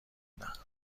دهند